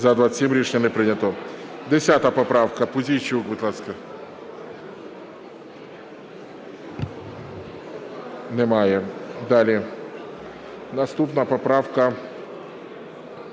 За-27 Рішення не прийнято. 10 поправка. Пузійчук, будь ласка. Немає. Далі. Наступна поправка